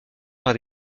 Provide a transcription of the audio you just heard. par